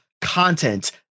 content